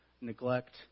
neglect